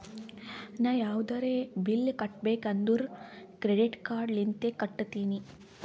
ನಾ ಯಾವದ್ರೆ ಬಿಲ್ ಕಟ್ಟಬೇಕ್ ಅಂದುರ್ ಕ್ರೆಡಿಟ್ ಕಾರ್ಡ್ ಲಿಂತೆ ಕಟ್ಟತ್ತಿನಿ